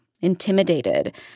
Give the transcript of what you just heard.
intimidated